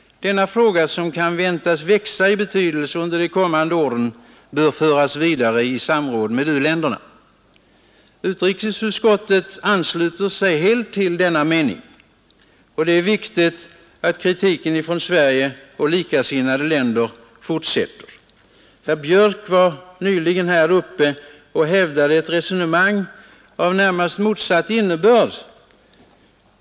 Denna fråga, som kan väntas växa i betydelse under de kommande åren, bör föras vidare i samråd med u-länderna.” Utrikesutskottet ansluter sig helt till denna mening. Det är viktigt att kritiken från Sverige och likasinnade länder fortsätter. Herr Björck i Nässjö förde nyss ett resonemang av närmast motsatt innebörd.